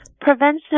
Prevention